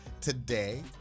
Today